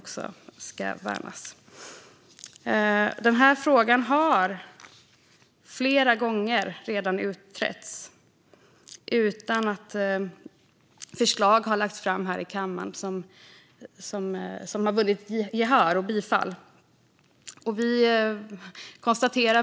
Denna fråga har utretts flera gånger utan att förslag har lagts fram i kammaren som har vunnit gehör och bifall.